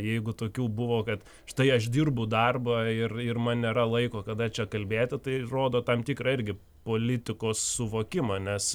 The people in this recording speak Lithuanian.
jeigu tokių buvo kad štai aš dirbu darbą ir ir man nėra laiko kada čia kalbėti tai rodo tam tikrą irgi politikos suvokimą nes